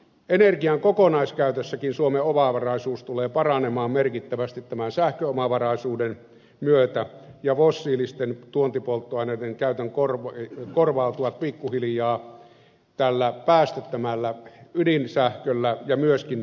energian kokonaiskäytössäkin suomen omavaraisuus tulee paranemaan merkittävästi tämän sähköomavaraisuuden myötä ja fossiilisten tuontipolttoaineiden käyttö korvautuu pikkuhiljaa päästöttömällä ydinsähköllä ja myöskin uusiutuvalla energialla